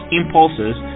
impulses